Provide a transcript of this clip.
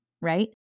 right